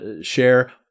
share